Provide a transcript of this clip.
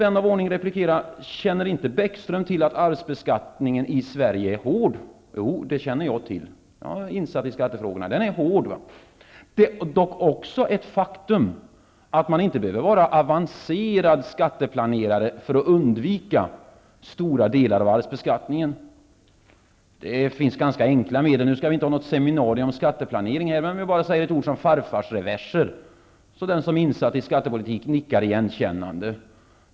Vän av ordning kan replikera och fråga om Bäckström inte känner till att arvsbeskattningen i Sverige är hård. Jo, det känner jag till. Jag är insatt i skattefrågorna. Den är hård. Men det är också ett faktum att man inte behöver vara avancerad skatteplanerare för att undvika stora delar av arvsbeskattningen. Det finns ganska enkla medel. Nu skall vi inte ha något seminarium om skatteplanering. Men även om vi bara säger ett ord som farfarsreverser nickar den som är insatt i skattepolitik igenkännande.